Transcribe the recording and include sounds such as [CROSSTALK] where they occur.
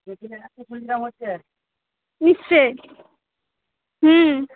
[UNINTELLIGIBLE] উচ্ছে [UNINTELLIGIBLE] নিশ্চই হুম